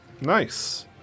Nice